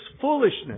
foolishness